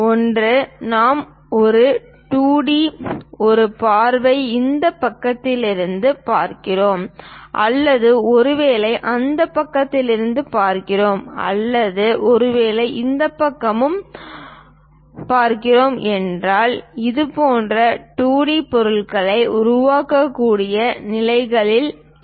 ஒன்று நாம் ஒரு 2 டி ஒரு பார்வையாக இந்த பக்கத்திலிருந்து பார்க்கிறோம் அல்லது ஒருவேளை அந்த பக்கத்திலிருந்து பார்க்கிறோம் அல்லது ஒருவேளை இந்த பக்கத்திலிருந்து பார்க்கிறோம் என்றால் இதுபோன்ற 2 டி பொருளை உருவாக்கக்கூடிய நிலையில் இருப்போம்